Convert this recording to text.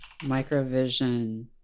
microvision